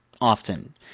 often